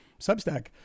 substack